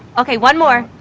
okay one more.